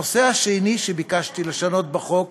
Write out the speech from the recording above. הנושא השני שביקשתי לשנות בחוק